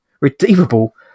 redeemable